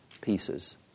pieces